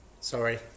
Sorry